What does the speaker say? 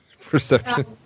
perception